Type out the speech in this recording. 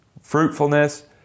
fruitfulness